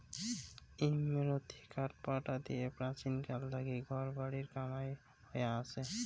ইমারতী কাঠপাটা দিয়া প্রাচীনকাল থাকি ঘর বাড়ির কামাই হয়া আচে